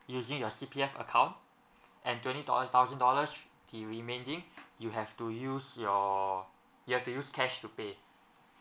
using your C_P_F account and twenty dollars thousand dollars the remaining you have to use your you have to use cash to pay